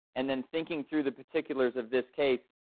and then thinking through the particulars of this case.